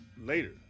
Later